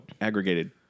aggregated